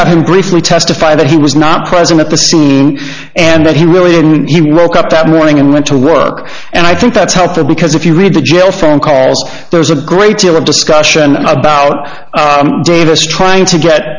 have him briefly testify that he was not present at the scene and that he really he woke up that morning and went to work and i think that's healthy because if you read the jail phone calls there's a great deal of discussion about davis trying to get